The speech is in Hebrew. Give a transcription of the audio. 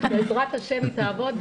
בעזרת השם היא תעבוד.